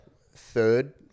Third